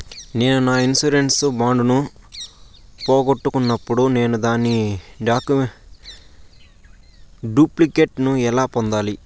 నేను నా insurance bond ను పోగొట్టుకున్నప్పుడు నేను దాని డూప్లికేట్ ను ఎలా పొందాలి?